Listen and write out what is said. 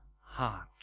heart